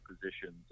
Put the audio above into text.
positions